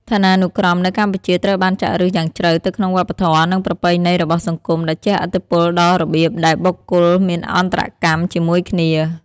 ឋានានុក្រមនៅកម្ពុជាត្រូវបានចាក់ឫសយ៉ាងជ្រៅទៅក្នុងវប្បធម៌ និងប្រពៃណីរបស់សង្គម ដែលជះឥទ្ធិពលដល់របៀបដែលបុគ្គលមានអន្តរកម្មជាមួយគ្នា។